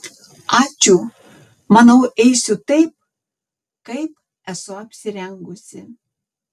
ačiū manau eisiu taip kaip esu apsirengusi